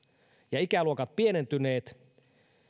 ja ikäluokat pienentyneet